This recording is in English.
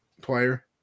player